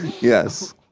Yes